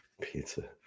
pizza